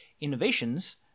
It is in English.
innovations